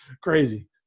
crazy